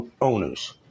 owners